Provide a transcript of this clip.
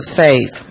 faith